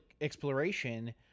exploration